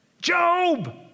Job